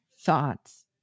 thoughts